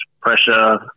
pressure